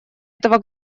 этого